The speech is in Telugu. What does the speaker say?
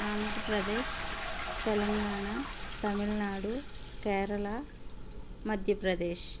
ఆంధ్రప్రదేశ్ తెలంగాణ తమిళనాడు కేరళ మధ్యప్రదేశ్